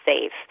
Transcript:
safe